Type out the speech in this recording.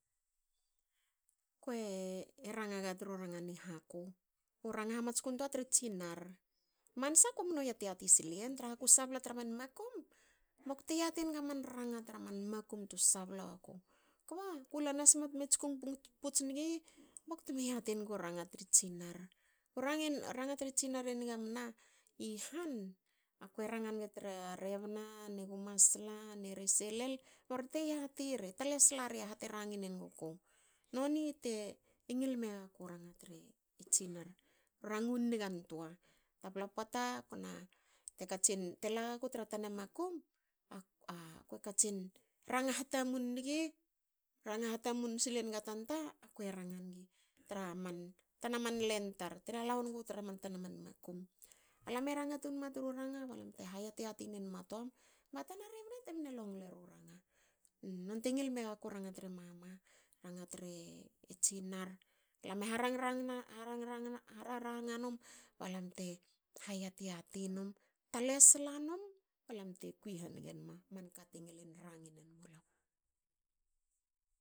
Kue ranga tru ranga ni haku. u ranga hamatskun toa tre tsinar. Mansa kumnu yat- yati sili yen traha ku sabla tra man makum bakte yate naga man ranga tra man makum tu sabla waku. Kba kula namse bte me tskung puts nigi bakte me yatengu ranga tre tsinar, ranga ranga tre tsinar e niga mna i han. akue ranga ngi tra rebna ne gu masla nese lel ba rorte yati ri take slari aha te rangin enuguku. Nonte ngil megaku ranga tre tsinar rangu nigantoa. Tapla poata kona. te katsin la gaku tra tana makum. akue katsin ranga hatamun ngi tra man tana man len tar. tela wonguku tra man tana man makum. alam e ranga tun ma tru ranga balam te ha yat yati nenma toam. tana rebna temne longle ru ranga. nonte ngil megaku ranga tre mama. ranga tre tsinar. lam e ha rangranga ha rangranga num balam teha yat yati num. talesla num balam te kui hangenma manka te ngilin ranginen mulam